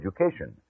education